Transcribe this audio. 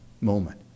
moment